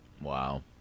Wow